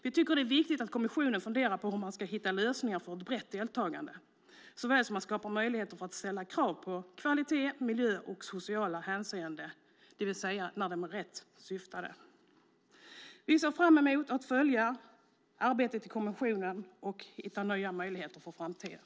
Vi tycker att det är viktigt att kommissionen funderar på hur man ska hitta lösningar för ett brett deltagande såväl som att skapa möjligheter för att ställa krav på kvalitet, miljö och sociala hänseenden, det vill säga när de syftar rätt. Vi ser fram emot att följa arbetet i kommissionen och att hitta nya möjligheter för framtiden.